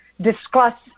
discuss